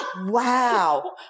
Wow